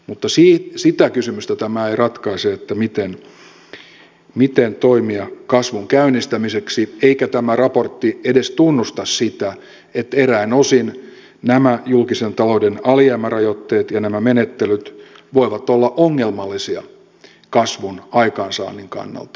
mutta sitä kysymystä tämä ei ratkaise miten toimia kasvun käynnistämiseksi eikä tämä raportti edes tunnusta sitä että eräin osin nämä julkisen talouden alijäämärajoitteet ja nämä menettelyt voivat olla ongelmallisia kasvun aikaansaannin kannalta